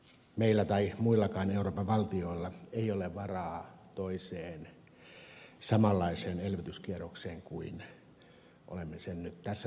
meillä tai muillakaan euroopan valtioilla ei ole varaa toiseen samanlaiseen elvytyskierrokseen kuin olemme sen nyt tässä taantumassa käyneet